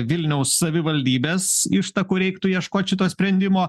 vilniaus savivaldybės ištakų reiktų ieškot kito sprendimo